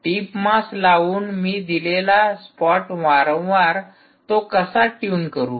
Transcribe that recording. tip mass लावून मी दिलेला स्पॉट वारंवार तो कसा ट्यून करू